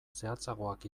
zehatzagoak